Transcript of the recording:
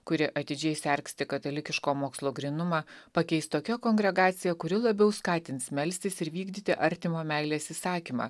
kuri atidžiai sergsti katalikiško mokslo grynumą pakeis tokia kongregacija kuri labiau skatins melstis ir vykdyti artimo meilės įsakymą